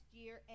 year